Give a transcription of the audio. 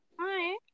Hi